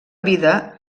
vida